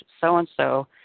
so-and-so